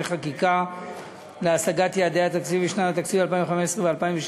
חקיקה להשגת יעדי התקציב לשנות התקציב 2015 ו-2016),